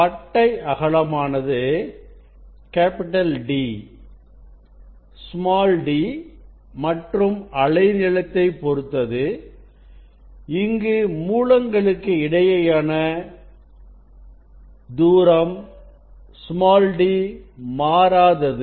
பட்டை அகலமானது D d மற்றும் அலை நீளத்தை பொருத்தது இங்கு மூலங்களுக்கு இடையேயான இடையேயான தூரம் d மாறாதது